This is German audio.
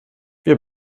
wir